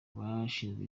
bashinze